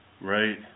Right